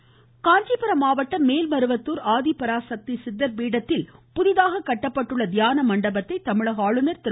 மமமமம ஆளுநர் காஞ்சிபுரம் மாவட்டம் மேல்மருவத்தூர் ஆதிபராசக்தி சித்தர் பீடத்தில் புதிதாக கட்டப்பட்டுள்ள தியான மண்டபத்தை தமிழக ஆளுநர் திரு